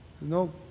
no